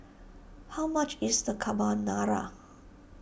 how much is the Carbonara